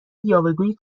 یاوهگویی